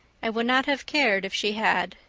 and would not have cared if she had.